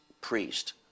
priest